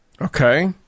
Okay